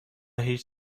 هیچ